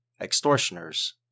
extortioners